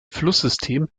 flusssystem